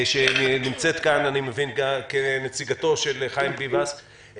שנמצאת כאן כנציגתו של חיים ביבס,